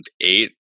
eight